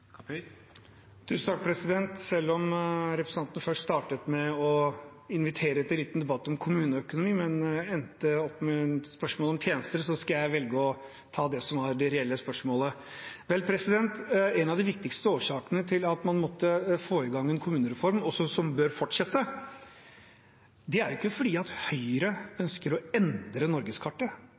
Selv om representanten startet med å invitere til en liten debatt om kommuneøkonomi, men endte opp med et spørsmål om tjenester, velger jeg å ta det som var det reelle spørsmålet. En av de viktigste årsakene til at man måtte få i gang en kommunereform – som bør fortsette – er ikke at Høyre ønsker å endre